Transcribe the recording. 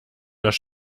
das